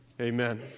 Amen